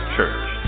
Church